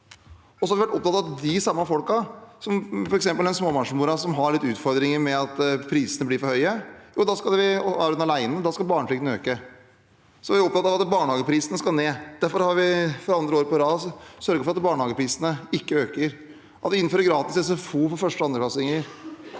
Vi har også vært opptatt av de samme folkene, f.eks. den småbarnsmoren som har litt utfordringer med at prisene blir for høye. Er hun alene, skal barnetrygden øke. Så er vi opptatt av at barnehageprisene skal ned. Derfor har vi for andre år på rad sørget for at barnehageprisene ikke øker. Vi innfører gratis SFO for første- og andreklassinger.